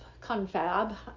confab